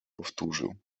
powtórzył